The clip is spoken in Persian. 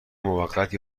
موقت